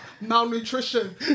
malnutrition